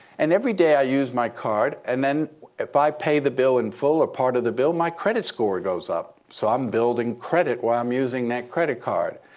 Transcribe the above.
and every day, i use my card. and then if i pay the bill in full or part of the bill, my credit score goes up. so i'm building credit while i'm using that credit card.